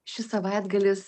šis savaitgalis